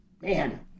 Man